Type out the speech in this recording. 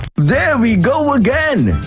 there we go again!